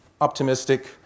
optimistic